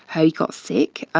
he got sick,